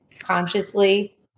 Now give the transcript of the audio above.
consciously